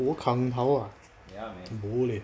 ho kang tao ah bo leh